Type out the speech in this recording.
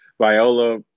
viola